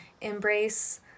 embrace